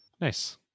Nice